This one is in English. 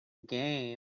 game